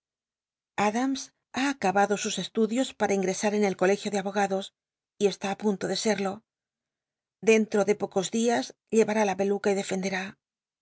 ha acabado sus estudios para ingresar en el colegio de abogados y estü ti punto de serlo denti'o de pocos dias ltcvmíl la peluca y defenderá